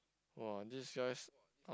!wah! this guy's